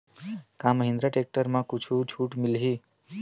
का महिंद्रा टेक्टर म कुछु छुट मिलही?